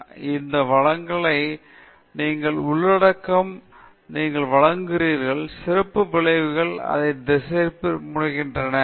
எனவே ஒரு டேக்னிக்கால் வழங்களில் கவனம் உள்ளடக்கம் தொழில்நுட்ப உள்ளடக்கம் நீங்கள் வழங்குகிறீர்கள் சிறப்பு விளைவுகள் அதை திசைதிருப்ப முனைகின்றன